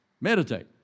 Meditate